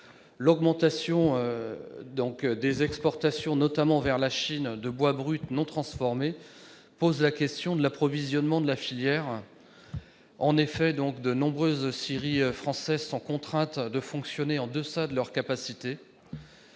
L'augmentation des exportations, notamment vers la Chine, de bois brut non transformé pose la question de l'approvisionnement de la filière. En effet, de nombreuses scieries françaises sont contraintes de fonctionner en deçà de leur capacité.